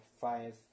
five